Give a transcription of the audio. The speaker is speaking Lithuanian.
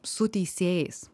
su teisėjais